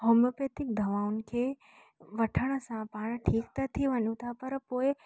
homeopathic दवाउनि खे वठण सां ठीक त थी वञूं था पर पोइ